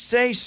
say